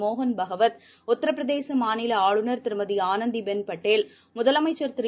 மோகன் பகவத் உத்தரபிரதேசமாநிலஆளுநர் திருமதிஆனந்திபென் பட்டேல் முதலமைச்சர் திரு